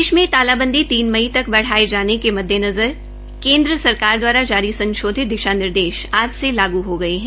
देश में तालाबंदी तीन मई तक बढ़ाने जाने के मददेनज़र केन्द्र सरकार दवारा जारी संशोधित दिशा निर्देश आज से लागू हो गये है